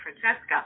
Francesca